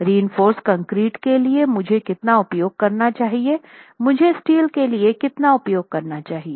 reinforced concrete के लिए मुझे कितना उपयोग करना चाहिए मुझे स्टील के लिए कितना उपयोग करना चाहिए